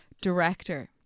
Director